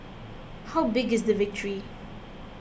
how big is the victory